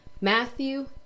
Matthew